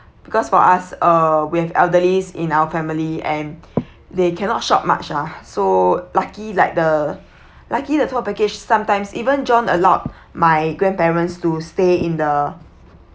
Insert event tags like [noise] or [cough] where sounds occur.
because for us uh we have elderlys in our family and [breath] they cannot shop much lah so lucky like the lucky the tour package sometimes even john allowed my grandparents to stay in the